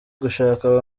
gushaka